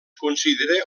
considera